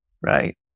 Right